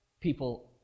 people